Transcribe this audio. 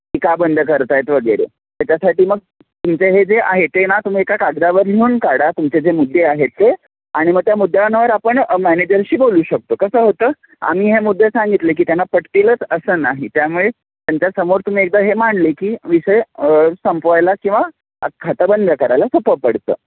की का बंद करत आहेत वगैरे त्याच्यासाठी मग तुमचे हे जे आहे ते ना तुम्ही एका कागदावर लिहून काढा तुमचे जे मुद्दे आहेत ते आणि मग त्या मुद्द्यांवर आपण मॅनेजरशी बोलू शकतो कसं होतं आम्ही हे मुद्दे सांगितले की त्यांना पटतीलंच असं नाही त्यामुळे त्यांच्यासमोर तुम्ही एकदा हे मांडले की विषय संपवायला किंवा खातं बंद करायला सोपं पडतं